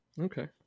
Okay